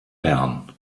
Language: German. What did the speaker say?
bern